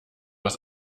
aus